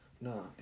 No